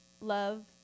love